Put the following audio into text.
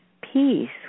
peace